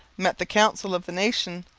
met the council of the nation,